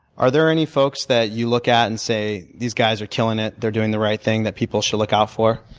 are there any folks that you look at and say, these guys are killing it they're doing the right thing that people should look out for?